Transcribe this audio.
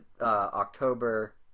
October